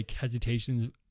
hesitations